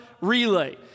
Relay